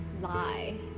lie